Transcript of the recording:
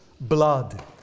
blood